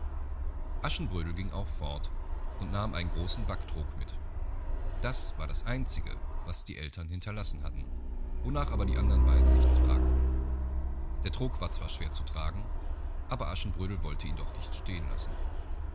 aschenbrödel ging auch fort und nahm einen großen backtrog mit das war das einzige was die ältern hinterlassen hatten wonach aber die andern beiden nichts fragten der trog war zwar schwer zu tragen aber aschenbrödel wollte ihn doch nicht stehen lassen